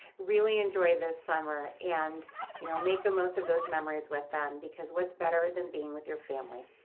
really enjoy this summer. and you know make the most of those memories with them. because. what's better than being with your family?